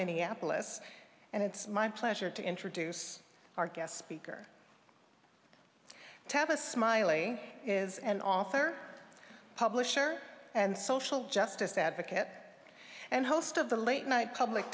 minneapolis and it's my pleasure to introduce our guest speaker tab a smiley is an author publisher and social justice advocate and host of the late night public